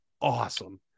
awesome